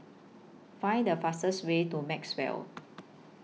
Find The fastest Way to Maxwell